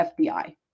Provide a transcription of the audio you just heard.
FBI